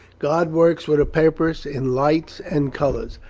god works with a purpose in lights and colours.